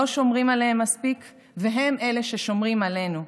לא שומרים עליהם מספיק, והם אלה ששומרים עלינו.